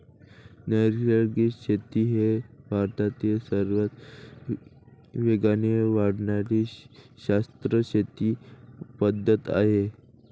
नैसर्गिक शेती ही भारतातील सर्वात वेगाने वाढणारी शाश्वत शेती पद्धत आहे